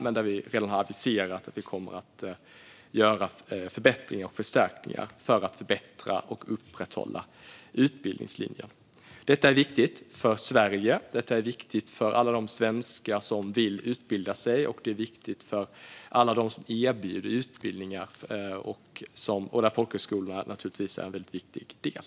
Vi har redan aviserat att vi kommer att göra förbättringar och förstärkningar för att förbättra och upprätthålla utbildningslinjen. Detta är viktigt för Sverige. Detta är viktigt för alla de svenskar som vill utbilda sig, och det är viktigt för alla dem som erbjuder utbildningar, där folkhögskolorna naturligtvis är en väldigt viktig del.